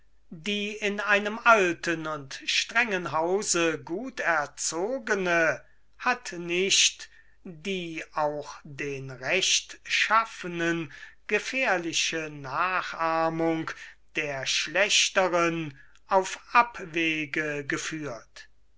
die in einem alten und strengen hause gut erzogene hat nicht die auch den rechtschaffenen gefährliche nachahmung der schlechteren auf abwege geführt